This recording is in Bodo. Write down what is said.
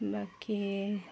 बाखि